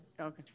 Okay